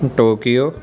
Tokyo